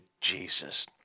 Jesus